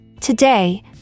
today